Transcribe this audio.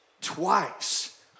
twice